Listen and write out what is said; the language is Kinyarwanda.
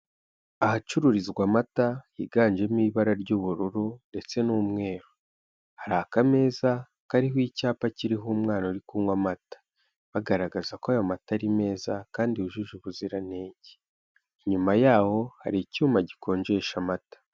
Ahacururizwa amata higanjemo ibara ry'ubururu ndetse n'umweru hari akameza kariho icyapa kiriho umwana uri kunywa amata bagaragaza ko aya mata ari meza kandi yujuje ubuziranenge, inyuma yabo hari icyuma gikonjesha amata.